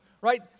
Right